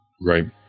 Right